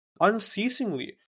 unceasingly